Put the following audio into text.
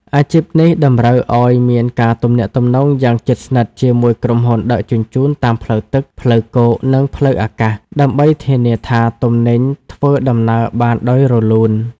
អាជីពនេះតម្រូវឱ្យមានការទំនាក់ទំនងយ៉ាងជិតស្និទ្ធជាមួយក្រុមហ៊ុនដឹកជញ្ជូនតាមផ្លូវទឹក ផ្លូវគោក និងផ្លូវអាកាស ដើម្បីធានាថាទំនិញធ្វើដំណើរបានដោយរលូន។